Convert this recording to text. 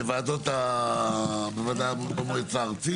במועצה הארצית?